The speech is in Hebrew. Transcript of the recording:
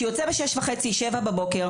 שיוצא ב-6:30-7:00,